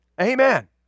Amen